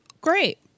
Great